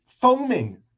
foaming